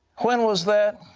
when was that?